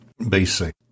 BC